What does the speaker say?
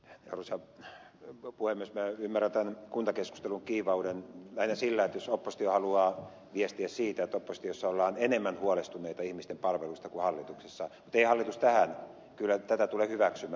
minä ymmärrän tämän kuntakeskustelun kiivauden lähinnä sillä jos oppositio haluaa viestiä siitä että oppositiossa ollaan enemmän huolestuneita ihmisten palveluista kuin hallituksessa mutta ei hallitus kyllä tätä tule hyväksymään